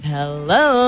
Hello